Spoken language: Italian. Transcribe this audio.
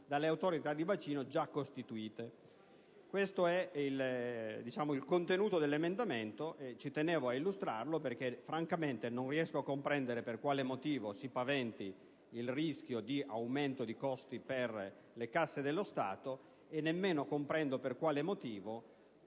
sanzioni a livello comunitario. Questo è il contenuto dell'emendamento, che ci tenevo ad illustrare perché francamente non riesco a comprendere per quale motivo si paventi il rischio di un aumento di costi per le casse dello Stato, e neppure comprendo per quale motivo